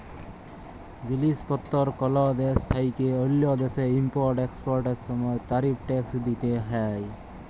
জিলিস পত্তর কল দ্যাশ থ্যাইকে অল্য দ্যাশে ইম্পর্ট এক্সপর্টের সময় তারিফ ট্যাক্স দ্যিতে হ্যয়